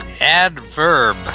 adverb